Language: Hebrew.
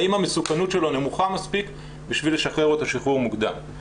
האם המסוכנות שלו נמוכה מספיק בשביל לשחרר אותו שחרור מוקדם.